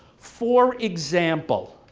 for example,